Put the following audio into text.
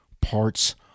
parts